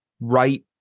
right